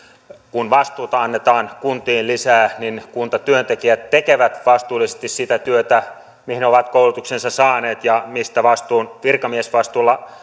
kun vastuuta annetaan kuntiin lisää niin kuntatyöntekijät tekevät vastuullisesti sitä työtä mihin ovat koulutuksensa saaneet ja mistä vastuun virkamiesvastuulla